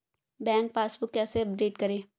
Bank passbook कैसे update करें?